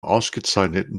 ausgezeichneten